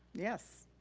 yes,